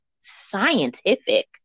scientific